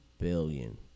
billion